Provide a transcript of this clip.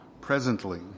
presently